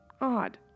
odd